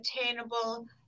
attainable